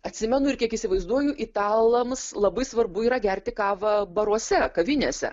atsimenu ir kiek įsivaizduoju italams labai svarbu yra gerti kavą baruose kavinėse